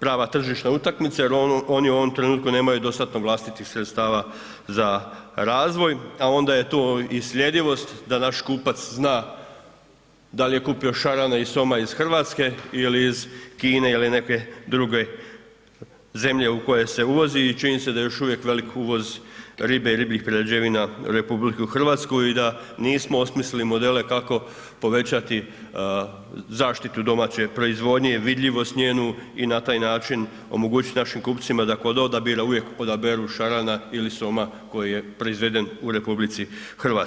prava tržišna utakmica jer oni u ovom trenutku nemaju dostatnih vlastitih sredstava za razvoj, a onda je tu i sljedivost da naš kupac zna da li je kupio šarana i soma iz Hrvatske ili iz Kine ili neke druge zemlje u koje se uvozi i čini se da još uvijek velik uvoz ribe i ribljih prerađevina RH i da nismo osmislili modele kako povećati zaštitu domaće proizvodnje i vidljivost njenu i na taj način omogućiti našim kupcima da kod odabira uvijek odaberu šarana ili soma koji je proizveden u RH.